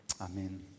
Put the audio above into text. Amen